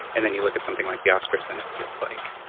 and then you look at something like the oscars and it feels like,